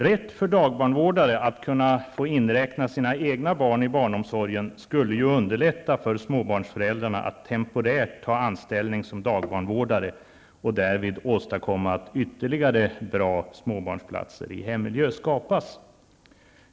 Rätt för dagbarnvårdare att inräkna sina egna barn i barnomsorgen skulle ju underlätta för småbarnsföräldrarna att temporärt ta anställning som dagbarnvårdare och därmed åstadkomma att ytterligare bra småbarnsplatser i hemmiljö skapades.